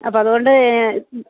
അപ്പോഴതുകൊണ്ട്